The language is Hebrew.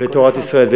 ותורת ישראל,